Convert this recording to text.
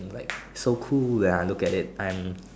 like so cool when I look at it I'm